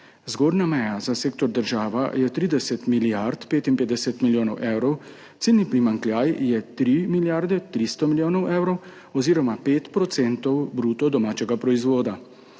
Zgornja meja za sektor država je 30 milijard 55 milijonov evrov, ocenjeni primanjkljaj je 3 milijarde 300 milijonov evrov oziroma 5 % bruto domačega proizvoda.